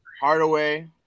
Hardaway